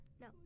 No